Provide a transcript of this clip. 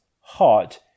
hot